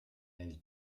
nel